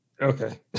Okay